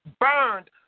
burned